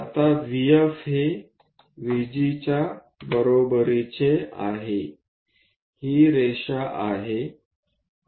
आता VF हे VG च्या बरोबरीचे आहे ही रेषा आहे